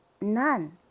none